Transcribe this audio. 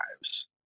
lives